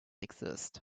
exist